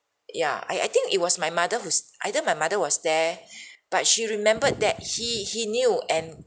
ya I I think it was my mother who's either my mother was there but she remembered that he he knew and